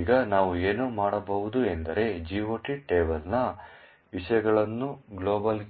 ಈಗ ನಾವು ಏನು ಮಾಡಬಹುದು ಎಂಬುದು GOT ಟೇಬಲ್ನ ವಿಷಯಗಳನ್ನು ಗ್ಲೋಬ್ಗೆ